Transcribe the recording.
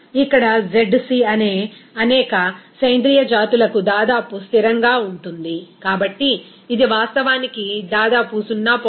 ఇక్కడ ఈ zc అనేక సేంద్రీయ జాతులకు దాదాపు స్థిరంగా ఉంటుంది కాబట్టి ఇది వాస్తవానికి దాదాపు 0